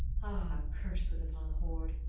ah, a curse was upon the hoard,